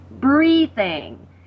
breathing